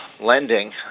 lending